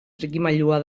trikimailua